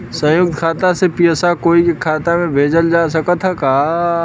संयुक्त खाता से पयिसा कोई के खाता में भेजल जा सकत ह का?